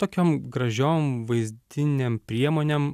tokiom gražiom vaizdinėm priemonėm